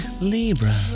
libra